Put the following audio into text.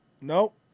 Nope